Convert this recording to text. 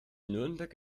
nürnberg